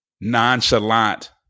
nonchalant